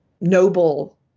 noble